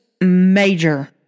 major